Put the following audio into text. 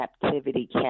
captivity